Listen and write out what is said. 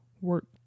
work